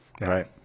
Right